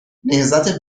نهضت